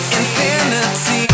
infinity